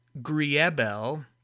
Griebel